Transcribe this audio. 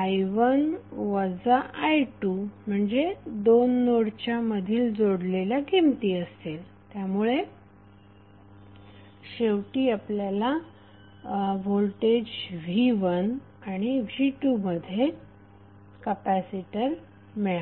i1 वजा i2 म्हणजे दोन नोडच्या मधील जोडलेल्या किमती असतील त्यामुळे शेवटी आपल्याला व्होल्टेज v1 आणि v2 मध्ये कपॅसिटर मिळाला